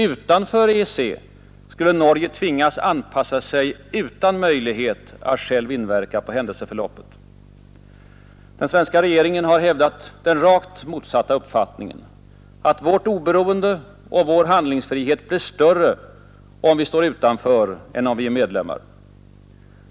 Utanför EEC skulle Norge tvingas anpassa sig utan möjlighet att självt inverka på händelseförloppet. Den svenska regeringen har hävdat den rakt motsatta uppfattningen, att vårt oberoende och vår handlingsfrihet blir större om vi står utanför än om vi är medlemmar.